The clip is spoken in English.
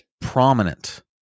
prominent